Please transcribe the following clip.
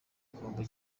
n’icyombo